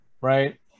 right